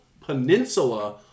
Peninsula